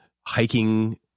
hiking